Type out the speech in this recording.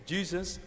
Jesus